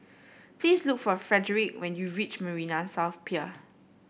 please look for Frederick when you reach Marina South Pier